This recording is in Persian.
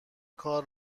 کار